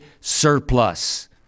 surplus